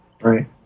Right